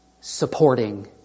supporting